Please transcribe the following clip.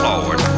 Lord